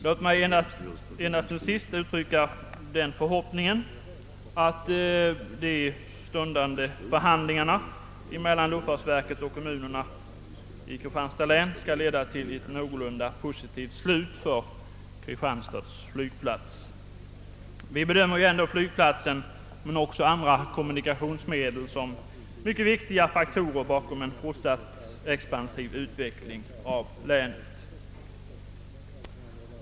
Låt mig till sist endast uttrycka den förhoppningen att de stundande förhandlingarna mellan luftfartsverket och kommunerna i Kristianstads län skall leda till ett någorlunda positivt resultat vad gäller Kristianstads flygplats. Vi bedömer flygplatsen, och även andra kommunikationsmedel, som mycket viktiga faktorer bakom en fortsatt expansiv utveckling i länet.